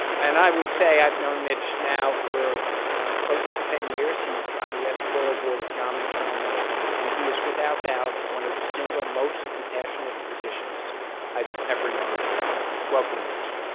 and i would say i've known mitch now for close to ten years. he's on the editorial board of jama internal medicine. and he is without doubt one of the single most compassionate physicians i've ever known in my life. welcome, mitch.